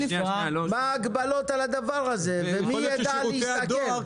מה ההגבלות על הדבר הזה ומי יידע להסתכל.